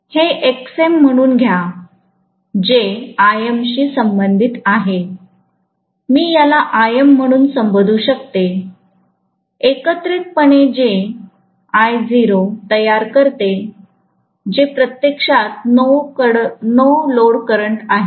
हे Xm म्हणून घ्या जे Im शी संबंधित आहे मी याला Im म्हणून संबोधू शकते एकत्रितपणे ते I0 तयार करते जे प्रत्यक्षात नो लोड करंट आहे